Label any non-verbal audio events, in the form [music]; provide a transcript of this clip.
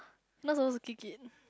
not supposed to kick it [breath]